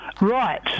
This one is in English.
Right